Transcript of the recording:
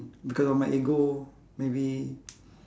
because of my ego maybe